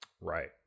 Right